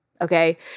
Okay